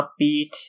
upbeat